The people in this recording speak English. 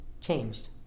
changed